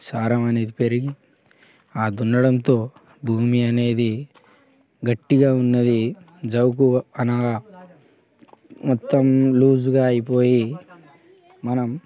సారం అనేది పెరిగి ఆ దున్నడంతో భూమి అనేది గట్టిగా ఉన్నది జావుకు అనగా మొత్తం లూజుగా అయిపోయి మనం